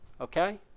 Okay